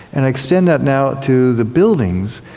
and i extend that now to the buildings.